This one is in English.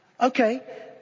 Okay